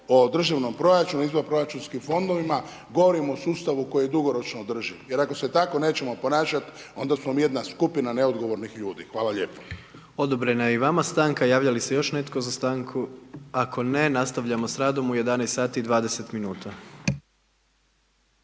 o državnom proračunu i izvanproračunskim fondovima govorimo o sustavu koji je dugoročno održiv. Jer ako se tako nećemo ponašati onda smo mi jedna skupina neodgovornih ljudi. Hvala lijepa. **Jandroković, Gordan (HDZ)** Odobrena je i vama stanka. Javlja li se još netko za stanku? Ako ne, nastavljamo sa radom u 11,20 minuta.